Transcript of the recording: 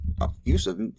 abusive